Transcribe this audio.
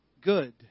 good